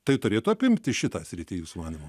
tai turėtų apimti šitą sritį jūsų manymu